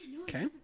Okay